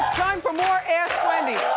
time for more ask wendy.